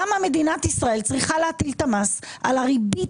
למה מדינת ישראל צריכה להטיל את המס על הריבית?